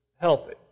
healthy